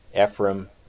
Ephraim